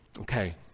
okay